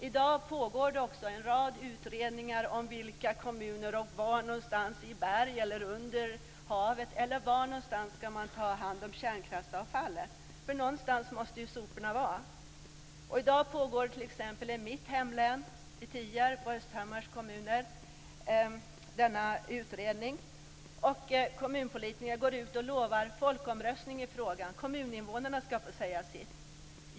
I dag pågår det också en rad utredningar om i vilka kommuner och var någonstans - i berg eller under havet - man ska ta hand om kärnkraftsavfallet. Någonstans måste ju soporna vara. I dag pågår utredning t.ex. i mitt hemlän, i Tierps kommun och Östhammars kommun. Kommunpolitiker går ut och lovar folkomröstning i frågan. Kommuninvånarna ska få säga sitt.